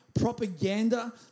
propaganda